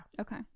okay